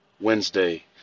Wednesday